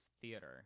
theater